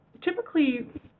typically